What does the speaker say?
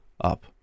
up